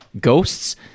ghosts